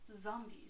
zombies